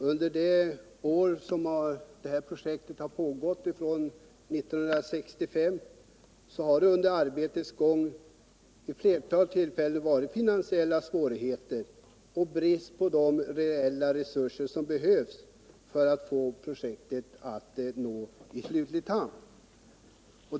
Under de år som projektet pågått sedan 1965 har man vid flera tillfällen haft finansiella svårigheter och brist på de reella resurser som behövs för att få projektet slutligt i hamn.